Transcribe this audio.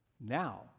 Now